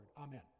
amen